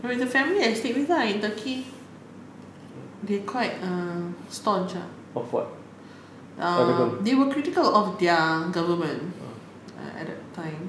you know the family I sleep with lah in turkey they quite staunch ah err they were critical of their government at the time